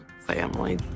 family